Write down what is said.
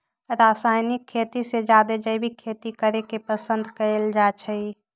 रासायनिक खेती से जादे जैविक खेती करे के पसंद कएल जाई छई